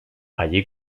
allí